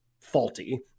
faulty